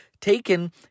taken